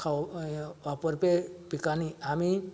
खाव वापरपी पिकांनी आमी